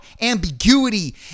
ambiguity